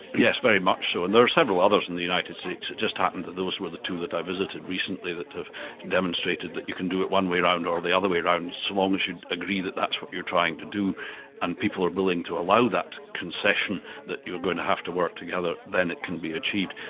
yes, very much so, and there are several others in the united states, it just happened that those were the two that i visited recently that have demonstrated that you can do it one way round or the other way around, so long as you agree that that's what you're trying to do and people are willing to allow that concession, that you are going to have to work together, then it can be achieved,